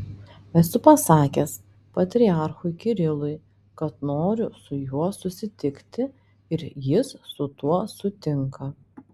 esu pasakęs patriarchui kirilui kad noriu su juo susitikti ir jis su tuo sutinka